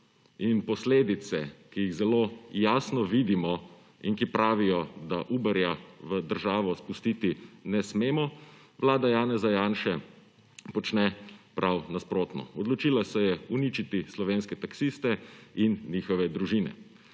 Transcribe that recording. in posledice, ki jih zelo jasno vidimo in ki pravijo, da Uberja v državo spustiti ne smemo, Vlada Janeza Janše počne prav nasprotno - odločila se je uničiti slovenske taksiste in njihove družine.